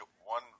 one